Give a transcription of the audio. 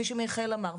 כפי שמיכאל אמר,